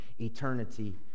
eternity